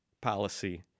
policy